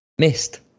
missed